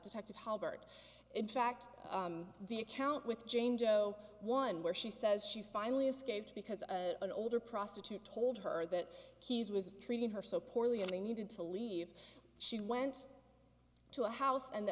detective howard in fact the account with jane doe one where she says she finally escaped because an older prostitute told her that keyes was treating her so poorly and they needed to leave she went to a house and the